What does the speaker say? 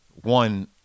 one